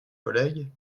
collègues